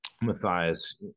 Matthias